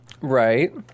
Right